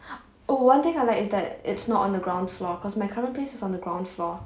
oh one thing I like is that it's not on the ground floor because my current place is on the ground floor